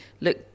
look